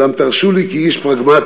אולם תרשו לי, כאיש פרגמטי,